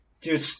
dude